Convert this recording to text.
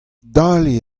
dale